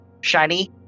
shiny